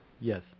Yes